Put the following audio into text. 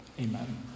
Amen